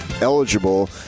eligible